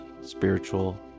spiritual